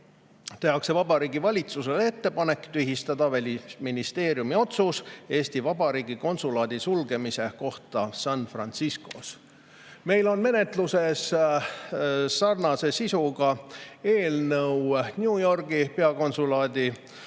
tehakse Vabariigi Valitsusele ettepanek tühistada Välisministeeriumi otsus Eesti Vabariigi konsulaadi sulgemise kohta San Franciscos. Meil on menetluses sarnase sisuga eelnõu New Yorgi peakonsulaadi